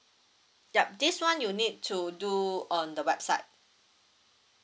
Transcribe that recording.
yup this one you need to do on the website